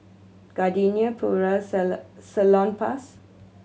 Gardenia Puras and Salonpas